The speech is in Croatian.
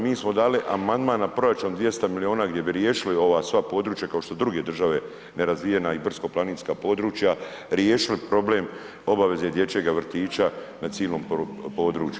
Mi smo dali amandman na proračun 200 milijuna gdje bi riješili ova sva područja kao što druge države nerazvijena i brdsko-planinska područja riješili problem obaveze dječjega vrtića na cijelom području.